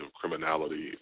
criminality